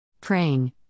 Praying